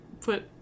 put